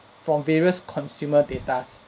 from various consumer datas